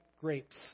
grapes